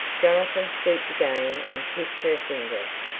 jonathan stooped again and kissed her fingers.